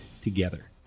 together